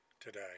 today